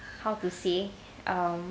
how to say um